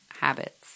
habits